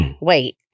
wait